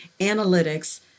analytics